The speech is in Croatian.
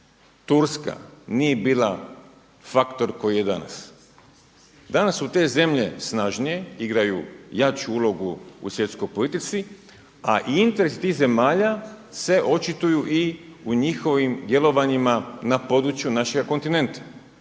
Turska nije bila faktor koji je danas. Danas su te zemlje snažnije, igraju jaču ulogu u svjetskoj politici, a interesi tih zemalja se očituju i u njihovim djelovanjima na području našega kontinenta,